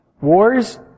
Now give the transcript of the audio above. Wars